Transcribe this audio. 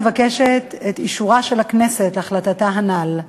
מבקשת הממשלה את אישורה של הכנסת להחלטתה הנ"ל.